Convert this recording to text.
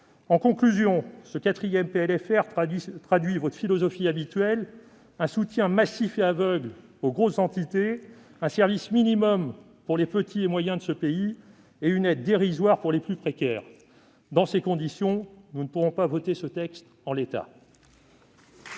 En conclusion, je précise que ce texte traduit votre philosophie habituelle : un soutien massif et aveugle aux grosses entités, un service minimum pour les petits et moyens de ce pays, et une aide dérisoire pour les plus précaires. Dans ces conditions nous ne pourrons pas voter ce texte en l'état.